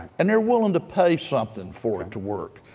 and they're willing to pay something for it to work.